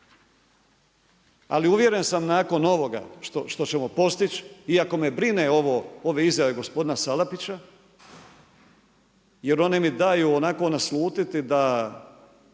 Ali uvjeren sam nakon ovoga što ćemo postići, iako me brine, ove izjave gospodina Salapića jer one mi daju onako naslutiti da